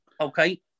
okay